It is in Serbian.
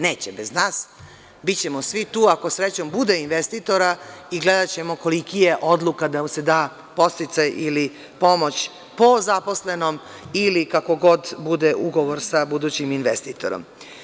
Neće bez nas, bićemo svi tu, ako srećom bude investitora, i gledaćemo kolika ja odluka da mu se da podsticaj ili pomoć po zaposlenom ili kakav god bude ugovor sa budućim investitorom.